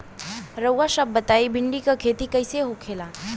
रउआ सभ बताई भिंडी क खेती कईसे होखेला?